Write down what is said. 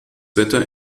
wetter